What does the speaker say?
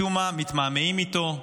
משום מה מתמהמהים איתו,